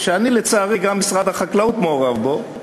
שלצערי גם משרד החקלאות מעורב בו,